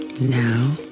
Now